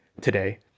today